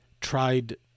tried